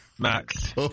Max